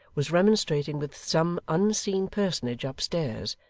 was remonstrating with some unseen personage upstairs,